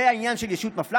זה העניין של ישות מפלה.